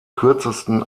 kürzesten